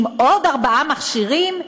עם עוד ארבעה מכשירים,